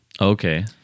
Okay